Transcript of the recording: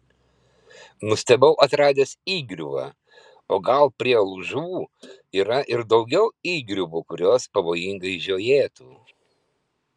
nustebau atradęs įgriuvą o gal prie lūžų yra ir daugiau įgriuvų kurios pavojingai žiojėtų